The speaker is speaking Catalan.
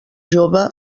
jove